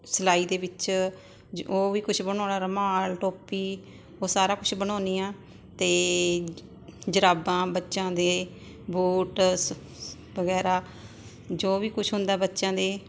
ਸਿਲਾਈ ਦੇ ਵਿੱਚ ਉਹ ਵੀ ਕੁਛ ਬਣਾਉਣਾ ਰੁਮਾਲ ਟੋਪੀ ਉਹ ਸਾਰਾ ਕੁਛ ਬਣਾਉਂਦੀ ਹਾਂ ਅਤੇ ਜੁਰਾਬਾਂ ਬੱਚਿਆਂ ਦੇ ਬੂਟ ਵਗੈਰਾ ਜੋ ਵੀ ਕੁਛ ਹੁੰਦਾ ਬੱਚਿਆਂ ਦੇ